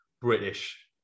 British